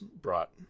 brought